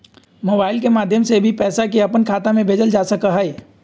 mobile के माध्यम से भी पैसा के अपन खाता में भेजल जा सका हई